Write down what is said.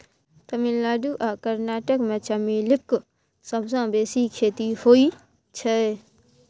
तमिलनाडु आ कर्नाटक मे चमेलीक सबसँ बेसी खेती होइ छै